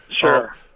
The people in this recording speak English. Sure